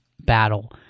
battle